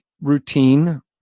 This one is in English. routine